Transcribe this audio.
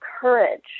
courage